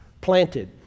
planted